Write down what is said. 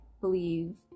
believe